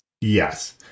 Yes